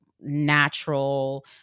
natural